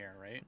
right